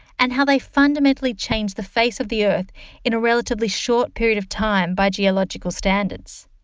and how they fundamentally changed the face of the earth in a relatively short period of time by geological standards.